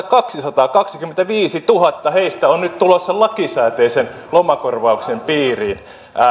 kaksisataakaksikymmentäviisituhatta heistä on nyt tulossa lakisääteisen lomakorvauksen piiriin